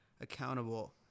accountable